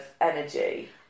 energy